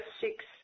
six